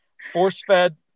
force-fed